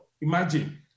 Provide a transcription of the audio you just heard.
Imagine